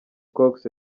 cox